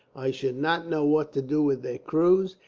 i should not know what to do with their crews,